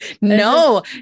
no